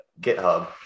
github